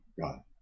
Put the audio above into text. god